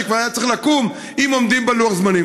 שכבר היה צריך לקום אם היו עומדים בלוח הזמנים.